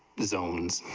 the zones